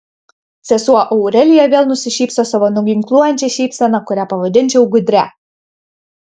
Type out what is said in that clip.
sesuo aurelija vėl nusišypso savo nuginkluojančia šypsena kurią pavadinčiau gudria